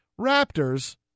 Raptors